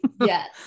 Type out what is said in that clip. yes